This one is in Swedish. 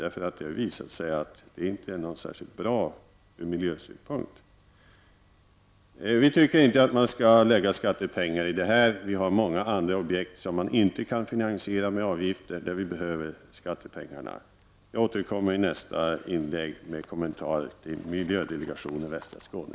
Det har nämligen visat sig att denna trafik inte är särskilt bra sedd från miljösynpunkt. Vi tycker inte att man skall lägga skattepengar på detta projekt. Skattepengarna behövs till många andra objekt, som inte kan finansieras med avgifter. Jag återkommer i mitt nästa inlägg med kommentarer till miljödelegationen för västra Skåne.